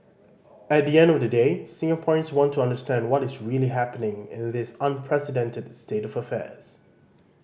at the end of the day Singaporeans want to understand what is really happening in this unprecedented state of affairs